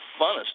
funnest